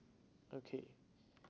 okay